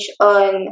on